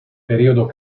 periodo